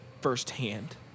firsthand